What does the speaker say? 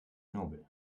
nobel